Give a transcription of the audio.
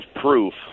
proof